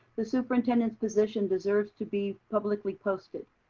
the superintendent's position deserves to be publicly posted.